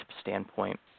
standpoint